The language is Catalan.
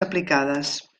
aplicades